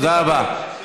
תודה רבה.